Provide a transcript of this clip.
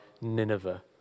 Nineveh